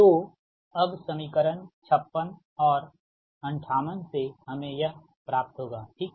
तो अब समीकरण 56 और 58 से हमें यह समीकरण प्राप्त होगा ठीक